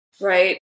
Right